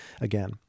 again